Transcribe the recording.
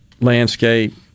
landscape